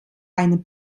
eine